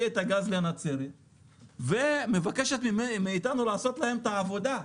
את הגז לנצרת ומבקשת מאיתנו לעשות להם את העבודה.